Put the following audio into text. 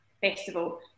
festival